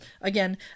again